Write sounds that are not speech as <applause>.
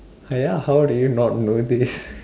ah ya how do you not know this <breath>